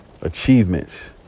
achievements